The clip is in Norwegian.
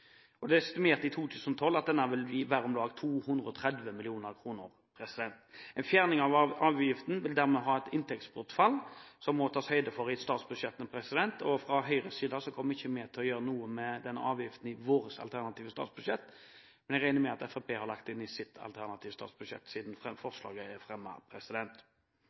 Det er estimert at denne avgiften i 2012 vil gi staten 230 mill. kr i inntekt. En fjerning av avgiften vil dermed innebære et inntektsbortfall som det må tas høyde for i statsbudsjettet. Fra Høyres side kommer vi ikke til å gjøre noe med den avgiften i vårt alternative statsbudsjett, men jeg regner med at Fremskrittspartiet har lagt det inn i sitt alternative statsbudsjett siden de har fremmet dette forslaget.